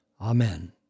Amen